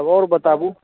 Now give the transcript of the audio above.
तब आओर बताबू